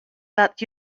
that